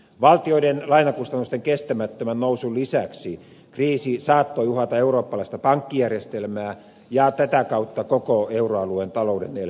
valtioiden lainakustannusten kestämättömän nousun lisäksi kriisi saattoi uhata eurooppalaista pankkijärjestelmää ja tätä kautta koko euroalueen talouden elpymistä